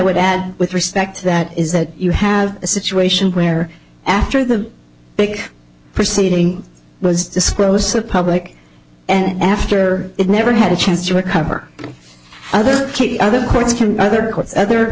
would add with respect to that is that you have a situation where after the big proceeding was disclosed the public and after it never had a chance to recover other key other